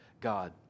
God